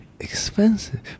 Expensive